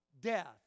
death